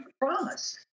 promise